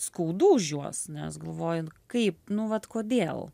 skaudu už juos nes galvoju nu kaip nu vat kodėl